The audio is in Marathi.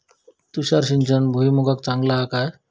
तुषार सिंचन भुईमुगाक चांगला हा काय?